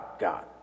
God